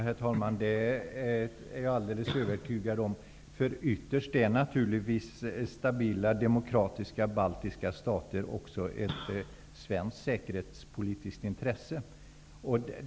Herr talman! Det är jag alldeles övertygad om. Ytterst är naturligtvis stabila demokratiska baltiska stater också ett svenskt säkerhetspolitiskt intresse.